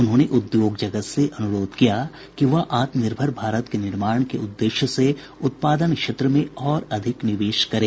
उन्होंने उद्योग जगत से अनुरोध किया कि वह आत्मनिर्भर भारत के निर्माण के उददेश्य से उत्पादन क्षेत्र में और अधिक निवेश करे